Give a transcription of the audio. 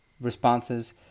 responses